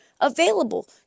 available